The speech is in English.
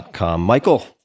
Michael